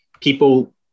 People